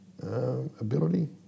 Ability